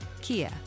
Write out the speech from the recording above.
Kia